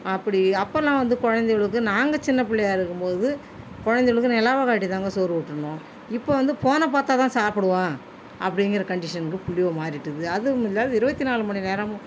அப்படி அப்போலாம் வந்து குழந்தையோளுக்கு நாங்கள் சின்ன பிள்ளையா இருக்கும்போது குழந்தையோளுக்கு நிலாவை காட்டிதாங்க சோறு ஊட்டினோம் இப்போ வந்து ஃபோனை பார்த்தாதான் சாப்பிடுவேன் அப்படிங்கிற கண்டிஷன்க்கு பிள்ளையோ மாறிட்டுது அதுவும் இல்லாது இருபத்தி நாலு மணி நேரமும்